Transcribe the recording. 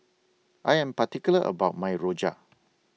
I Am particular about My Rojak